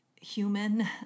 human